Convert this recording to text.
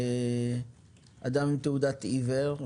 כאדם עם תעודת עיוור.